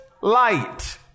light